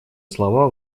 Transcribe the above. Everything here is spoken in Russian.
слова